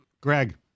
Greg